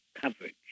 coverage